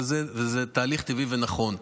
וזה תהליך טבעי ונכון.